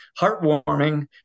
heartwarming